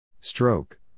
Stroke